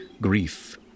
Grief